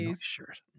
shirt